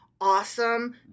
awesome